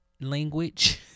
language